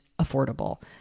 affordable